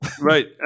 Right